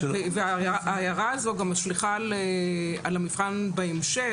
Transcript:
ההערה הזו גם משליכה על המבחן בהמשך,